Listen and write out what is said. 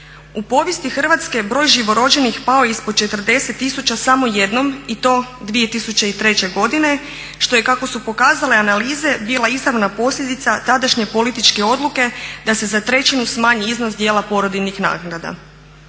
U povijesti Hrvatske broj živorođenih pao je ispod 40.000 samo jednom i to 2003.godine što je kako su pokazale analize bila izravna posljedica tadašnje političke odluke da se za trećinu smanji iznos dijela porodiljnih naknada.